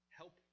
help